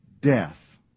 death